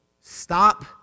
Stop